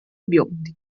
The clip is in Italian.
biondi